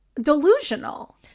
delusional